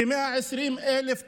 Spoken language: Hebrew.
כ-120,000 תושבים,